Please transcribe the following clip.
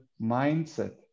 mindset